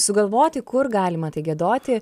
sugalvoti kur galima tai giedoti